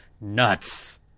nuts